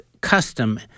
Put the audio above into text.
custom